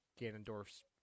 Ganondorf's